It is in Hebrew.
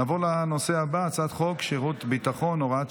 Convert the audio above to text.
אני מודיע שהצעת חוק כלי הירייה (תיקון מס'